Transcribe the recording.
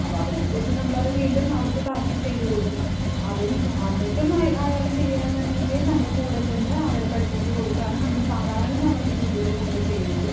അപ്പം അതനുസരിച്ച് നമ്മൾ അത് വീണ്ടും അവർക്ക് കറക്റ്റ് ചെയ്ത് കൊടുക്കും അതും എന്നിട്ടും അയാൾ ശരിയാവുന്നുണ്ടെങ്കിൽ നമ്മൾ കൂടെ ചെന്ന് അവരെ പഠിപ്പിച്ച് കൊടുക്കുകയാണ് നമ്മൾ സാധാരണ നമ്മളെ രീതിയിൽ നമ്മൾ ചെയ്യുന്നത്